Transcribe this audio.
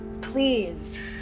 Please